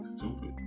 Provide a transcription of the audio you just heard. Stupid